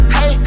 Hey